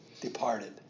departed